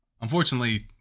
Unfortunately